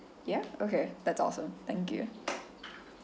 ya okay that's awesome thank you